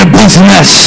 business